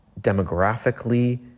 demographically